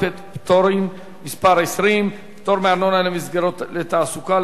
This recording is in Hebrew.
(פטורין) (מס' 20) (פטור מארנונה למסגרות לתעסוקה,